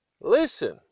Listen